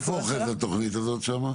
איפה עומדת התוכנית הזאת שם?